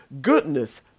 goodness